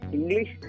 English